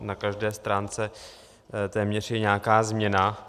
Na každé stránce téměř je nějaká změna.